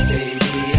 Baby